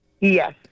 Yes